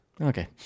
Okay